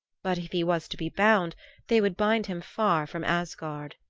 but if he was to be bound they would bind him far from asgard.